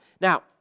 Now